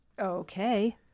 Okay